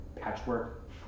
patchwork